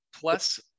plus